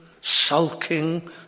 sulking